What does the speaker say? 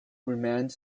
remained